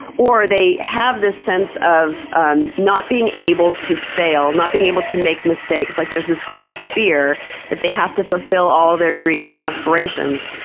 or they have this sense of um not being able to fail, not being able to make mistakes. like there's this great fear that they have to fulfill all of their dreams and aspirations,